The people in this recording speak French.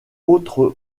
autre